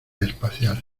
espacial